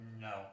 No